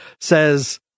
says